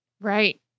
Right